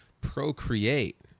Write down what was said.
procreate